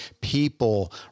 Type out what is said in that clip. people